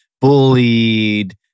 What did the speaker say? bullied